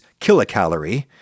kilocalorie